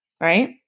right